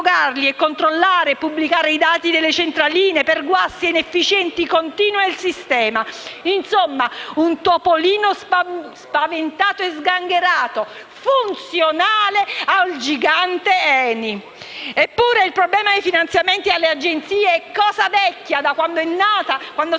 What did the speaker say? di un topolino spaventato e sgangherato, funzionale al gigante ENI. Eppure il problema dei finanziamenti alle agenzie è vecchio, presente da quando è nato